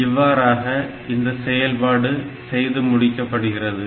இவ்வாறாக இந்த செயல்பாடு செய்து முடிக்கப்படுகிறது